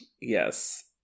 Yes